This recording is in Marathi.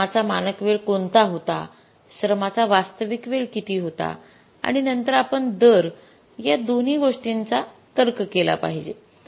श्रमाचा मानक वेळ कोणता होता श्रमाचा वास्तविक वेळ किती होता आणि नंतर आपण दर या दोन्ही गोष्टींचा तर्क केला पाहिजे